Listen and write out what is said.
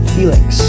Felix